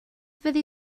fyddi